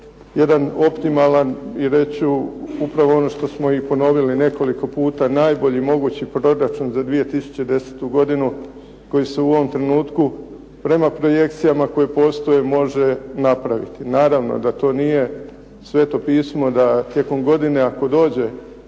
jedan optimalan i reći ću upravo ono što smo i ponovili nekoliko puta, najbolji mogući proračun za 2010. godinu koji se u ovom trenutku prema projekcijama koje postoje može napraviti. Naravno da to nije sveto pismo da tijekom godine, ako dođe